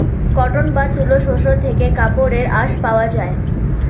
cotton বা তুলো শস্য থেকে কাপড়ের আঁশ পাওয়া যায়